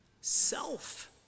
self